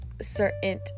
certain